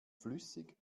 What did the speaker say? flüssig